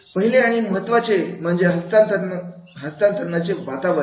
पहिले आणि महत्त्वाचे म्हणजे हस्तांतरणाचे वातावरण